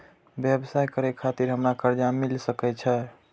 व्यवसाय करे खातिर हमरा कर्जा मिल सके छे?